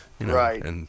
Right